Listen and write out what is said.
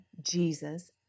Jesus